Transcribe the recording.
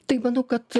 tai manau kad